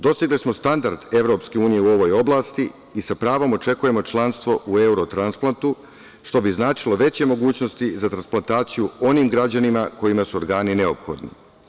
Dostigli smo standard EU u ovoj oblasti i sa pravom očekujemo članstvo u Eurotransplantu, što bi značilo veće mogućnosti za transplantaciju onim građanima kojima su organi neophodni.